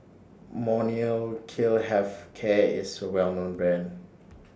Molnylcke Health Care IS A Well known Brand